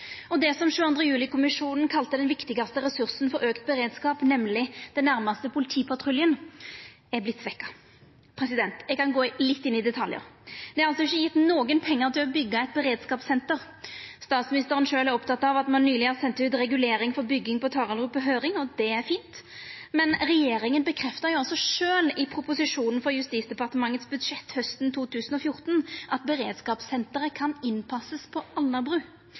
valet. Det som 22. juli-kommisjonen kalla den viktigaste ressursen for auka beredskap, nemleg den nærmaste politipatruljen, har vorte svekt. Eg kan gå litt inn i detaljane. Det er ikkje gjeve nokon pengar til å byggja eit beredskapssenter. Statsministeren sjølv er oppteken av at ein nyleg har sendt ut reguleringsplanen for bygging på Taraldrud på høyring – og det er fint – men regjeringa bekrefta sjølv i proposisjonen til Justis- og beredskapsdepartementets budsjett hausten 2014 at beredskapssenteret kan innpassast på